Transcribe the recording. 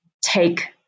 take